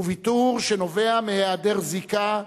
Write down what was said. הוא ויתור שנובע מהיעדר זיקה,